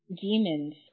demons